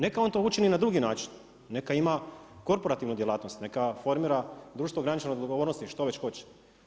Neka on to učini na drugi način, neka ima korporativnu djelatnost, neka formira društvo ograničene odgovornosti što već hoće.